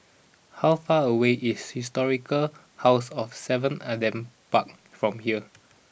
how far away is Historical House of seven Adam Park from here